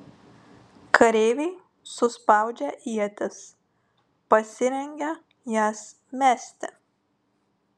kareiviai suspaudžia ietis pasirengia jas mesti